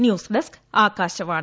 news desk Akashvani